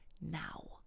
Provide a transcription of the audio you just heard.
now